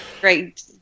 Great